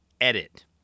Edit